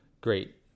Great